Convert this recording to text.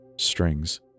Strings